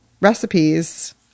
recipes